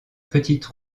petite